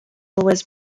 was